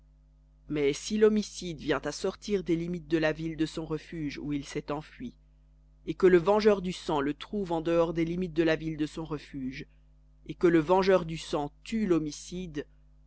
mais si l'homicide vient à sortir des limites de la ville de son refuge où il s'est enfui et que le vengeur du sang le trouve en dehors des limites de la ville de son refuge et que le vengeur du sang tue l'homicide